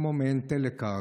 כמו מעין טלכרט,